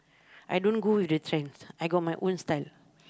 I don't go with the trend I got my own style